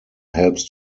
helps